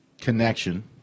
connection